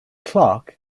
clerk